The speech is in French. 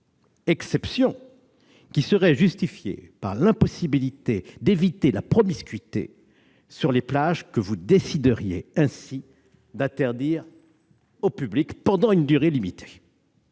exception qui serait justifiée par l'impossibilité d'éviter la promiscuité sur les plages, que vous décideriez ainsi d'interdire au public pendant une durée limitée.